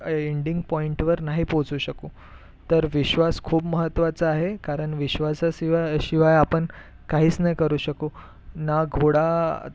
ending पॉइंटवर नाही पोहोचू शकू तर विश्वास खूप महत्त्वाचा आहे कारण विश्वासाशिवाय शिवाय आपण काहीच नाही करू शकू ना घोडा